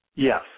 Yes